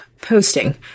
posting